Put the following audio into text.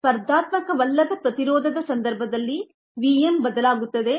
ಸ್ಪರ್ಧಾತ್ಮಕವಲ್ಲದ ಪ್ರತಿರೋಧದ ಸಂದರ್ಭದಲ್ಲಿ v m ಬದಲಾಗುತ್ತದೆ